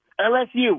LSU